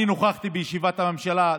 אני נכחתי בישיבת הממשלה,